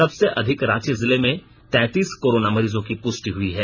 सबसे अधिक रांची जिले में तैंतीस कोरोना मरीजों की पुष्टि हई है